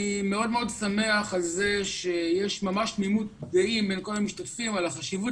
אני מאוד שמח על זה שיש תמימות דעים בין כל המשתתפים על החשיבות